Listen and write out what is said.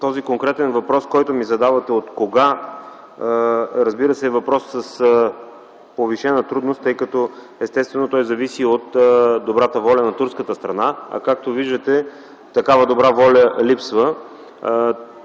Този конкретен въпрос, който ми задавате – „От кога?”, разбира се, е въпрос с повишена трудност, тъй като естествено той зависи от добрата воля на турската страна. Както виждате такава добра воля липсва.